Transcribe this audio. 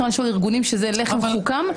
יש ארגונים שזה לחם חוקם,